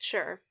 Sure